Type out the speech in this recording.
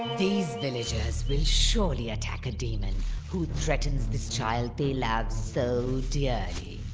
these villagers will surely attack a demon who threatens this child they love so dearly.